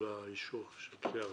קיבלה אישור של קריאה ראשונה.